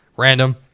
random